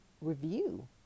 review